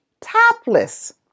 topless